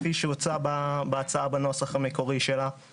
כפי שהוצע בהצעה בנוסח המקורי שלה.